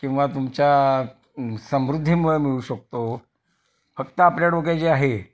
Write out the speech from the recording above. किंवा तुमच्या समृद्धीमुळं मिळू शकतो फक्त आपल्या डोक्यात जे आहे